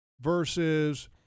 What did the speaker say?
versus